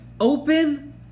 open